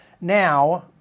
Now